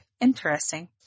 Interesting